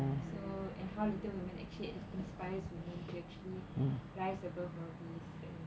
so and how little women actually inspires women to actually rise above all this and